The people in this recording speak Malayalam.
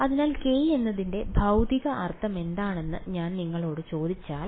അതിനാൽ k എന്നതിന്റെ ഭൌതിക അർത്ഥമെന്താണെന്ന് ഞാൻ നിങ്ങളോട് ചോദിച്ചാൽ